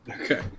Okay